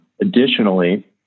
Additionally